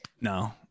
no